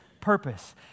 purpose